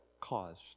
caused